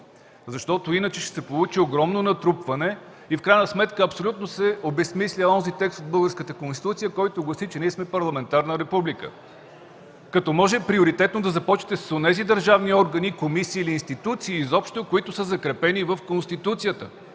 зала. Иначе ще се получи огромно натрупване и в крайна сметка абсолютно се обезсмисля онзи текст от Българската конституция, който гласи, че ние сме парламентарна република, като може приоритетно да започвате с онези държавни органи, комисии или институции изобщо, които са закрепени в Конституцията.